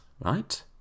right